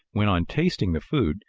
when on tasting the food,